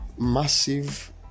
Massive